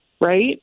right